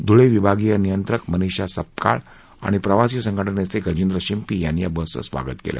धुळे विभागीय नियत्रंक मनिषा सपकाळ आणि प्रवासी संघटनेचे गजेंद्र शिंपी यांनी या बसचं स्वागत केलं